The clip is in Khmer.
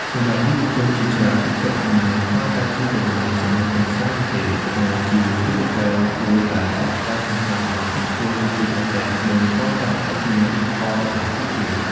សម្រាប់យុវជនជាច្រើន TikTok មិនមែនគ្រាន់តែជាកន្លែងសម្រាប់កម្សាន្តនោះទេ តែជាវេទិកាមួយដែលផ្ដល់ឱកាសសំខាន់ឲ្យពួកគេ បញ្ចេញមតិ និង កសាងអត្តសញ្ញាណឌីជីថល របស់ពួកគេ។